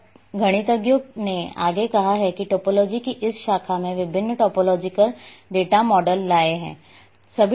अब गणितज्ञों ने आगे कहा है कि टोपोलॉजी की इस शाखा में वे विभिन्न टोपोलॉजिकल डेटा मॉडल लाए हैं